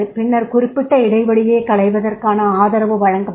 பின்னர் குறிப்பிட்ட இடைவெளியைக் களைவதற்கான ஆதரவு வழங்கப்படும்